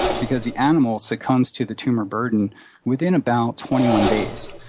because the animal succumbs to the tumor burden within about twenty one days.